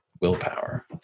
willpower